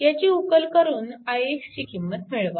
ह्याची उकल करून ix ची किंमत मिळवा